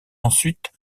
ensuite